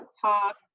talk